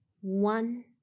one